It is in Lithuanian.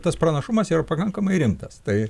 tas pranašumas yra pakankamai rimtas tai